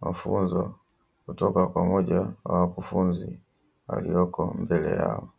mafunzo kutoka kwa moja ya wakufunzi alioko mbele yao.